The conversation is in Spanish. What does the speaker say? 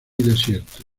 desierto